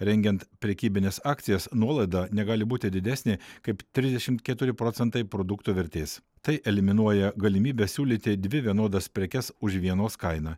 rengiant prekybines akcijas nuolaida negali būti didesnė kaip trisdešimt keturi procentai produkto vertės tai eliminuoja galimybę siūlyti dvi vienodas prekes už vienos kainą